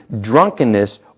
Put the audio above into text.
drunkenness